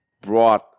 brought